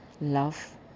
love